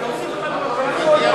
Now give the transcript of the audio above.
אבל להוסיף אותנו לפרוטוקול.